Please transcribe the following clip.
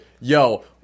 Yo